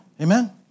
Amen